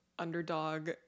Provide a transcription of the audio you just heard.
underdog